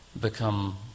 become